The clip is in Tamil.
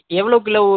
எவ்வளோ கிலோ